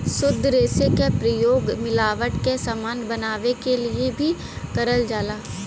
शुद्ध रेसे क प्रयोग मिलावट क समान बनावे क लिए भी करल जाला